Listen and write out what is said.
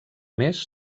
més